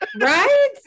Right